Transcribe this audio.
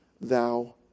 thou